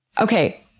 Okay